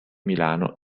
milano